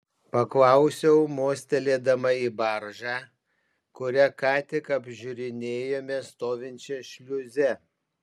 paklausiau mostelėdama į baržą kurią ką tik apžiūrinėjome stovinčią šliuze